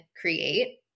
create